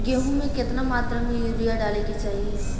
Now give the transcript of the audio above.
गेहूँ में केतना मात्रा में यूरिया डाले के चाही?